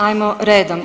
Ajmo redom.